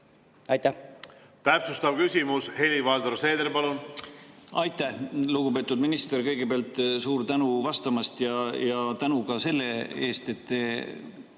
palun! Täpsustav küsimus, Helir-Valdor Seeder, palun! Aitäh! Lugupeetud minister! Kõigepealt suur tänu vastamast ja tänu ka selle eest, et